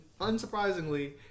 unsurprisingly